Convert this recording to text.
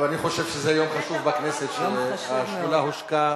אבל אני חושב שזה יום חשוב בכנסת, שהשדולה הושקה